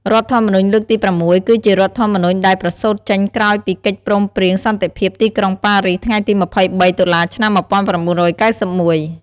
រដ្ឋធម្មនុញ្ញលើកទី៦ គឺជារដ្ឋធម្មនុញ្ញដែលប្រសូត្រចេញក្រោយពីកិច្ចព្រមព្រៀងសន្តិភាពទីក្រុងបារីស ថ្ងៃទី ២៣ តុលាឆ្នាំ១៩៩១។